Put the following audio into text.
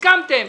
הסכמתם.